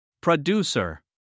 Producer